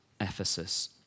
Ephesus